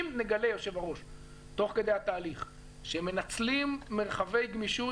אם נגלה תוך כדי התהליך שהם מנצלים מרחבי גמישות